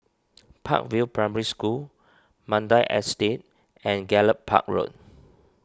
Park View Primary School Mandai Estate and Gallop Park Road